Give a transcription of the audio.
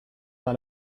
par